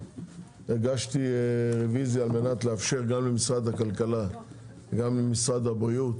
הגשתי רוויזיה על מנת לאפשר גם למשרד הכלכלה וגם למשרד הבריאות,